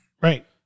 Right